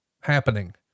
happening